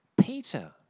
Peter